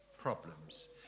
problems